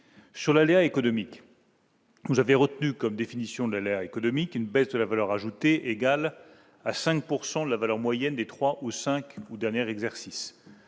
sur l'aléa économiques. Vous avez retenu comme définition de l'air économique et une baisse de la valeur ajoutée égale à 5 pourcent de la valeur moyenne des 3 ou 5 ou dernière exercice